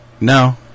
No